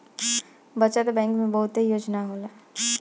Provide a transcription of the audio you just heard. बचत बैंक में बहुते योजना होला